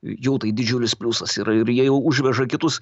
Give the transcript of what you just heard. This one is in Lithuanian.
jau tai didžiulis pliusas yra ir jie jau užveža kitus